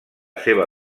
seva